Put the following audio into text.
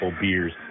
beers